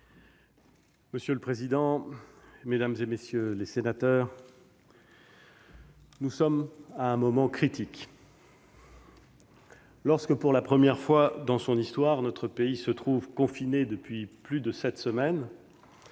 Monsieur le président, mesdames, messieurs les sénateurs, nous sommes à un moment critique. Lorsque, pour la première fois dans son histoire, notre pays se trouve confiné depuis plus de sept semaines,